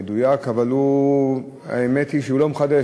מדויק, אבל האמת היא שהוא לא מחדש.